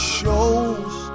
show's